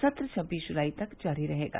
सत्र छब्बीस जुलाई तक जारी रहेगा